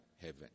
heaven